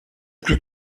plus